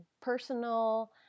personal